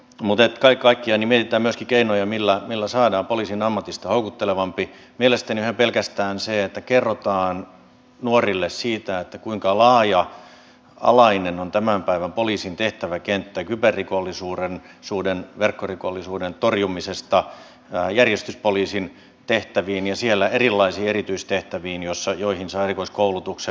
kaiken kaikkiaan mietitään myöskin keinoja millä saadaan poliisin ammatista houkuttelevampi mielestäni jo ihan pelkästään sillä että kerrotaan nuorille kuinka laaja alainen on tämän päivän poliisin tehtäväkenttä kyberrikollisuuden verkkorikollisuuden torjumisesta järjestyspoliisin tehtäviin ja siellä erilaisiin erityistehtäviin joihin saa erikoiskoulutuksen